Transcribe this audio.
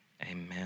Amen